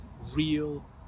real